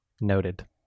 Noted